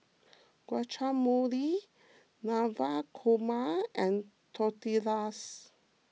Guacamole Navratan Korma and Tortillas